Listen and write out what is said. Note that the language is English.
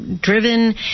driven